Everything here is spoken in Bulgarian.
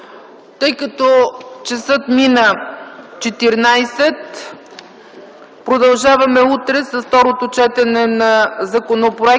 Тъй като минава 14,00 ч., продължаваме утре с второто четене на законопроекта.